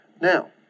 Now